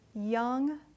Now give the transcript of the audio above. young